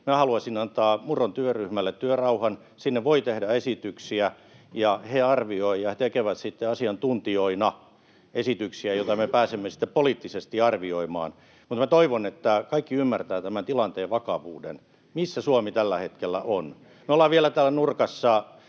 haluaisin antaa Murron työryhmälle työrauhan. Sinne voi tehdä esityksiä, ja he arvioivat ja tekevät sitten asiantuntijoina esityksiä, joita me pääsemme sitten poliittisesti arvioimaan. Toivon, että kaikki ymmärtävät tämän tilanteen vakavuuden, missä Suomi tällä hetkellä on. Me ollaan vielä täällä nurkassa